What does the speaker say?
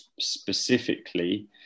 specifically